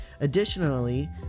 Additionally